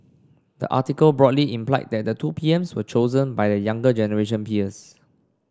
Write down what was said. the article broadly implied that the two P Ms were chosen by their younger generation peers